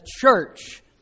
church